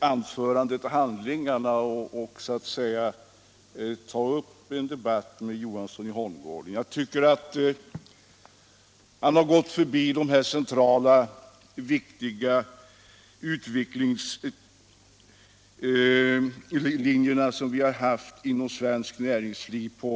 anförande till handlingarna och ta upp en debatt med herr Johansson i Holmgården. Jag tycker att han på ett mycket löst sätt har gått förbi de centrala, viktiga utvecklingslinjer som funnits inom svenskt näringsliv.